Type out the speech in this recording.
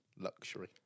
Luxury